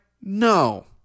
No